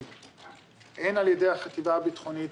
הן על ידי החטיבה הביטחונית,